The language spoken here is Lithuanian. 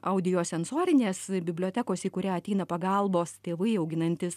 audiosensorinės bibliotekos į kurią ateina pagalbos tėvai auginantys